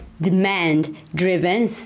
demand-driven